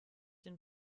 den